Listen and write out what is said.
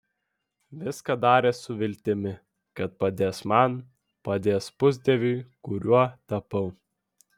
viską darė su viltimi kad padės man padės pusdieviui kuriuo tapau